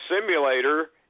simulator